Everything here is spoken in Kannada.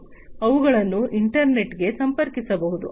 ಇವುಗಳನ್ನು ಇಂಟರ್ನೆಟ್ಗೆ ಸಂಪರ್ಕಿಸಬಹುದು